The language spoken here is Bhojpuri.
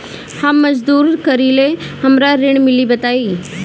हम मजदूरी करीले हमरा ऋण मिली बताई?